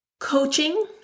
coaching